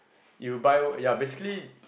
you buy ya basically